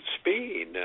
speed